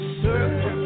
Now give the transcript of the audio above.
circle